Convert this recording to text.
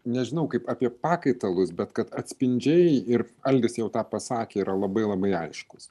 nežinau kaip apie pakaitalus bet kad atspindžiai ir algis jau tą pasakė yra labai labai aiškūs